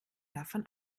davon